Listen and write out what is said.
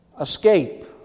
escape